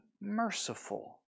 merciful